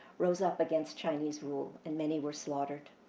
rose up against chinese rule, and many were slaughtered.